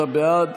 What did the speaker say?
53 בעד,